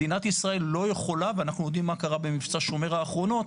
מדינת ישראל לא יכולה ואנחנו יודעים מה קרה במבצע שומר החומות